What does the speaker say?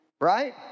Right